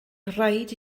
rhaid